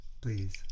please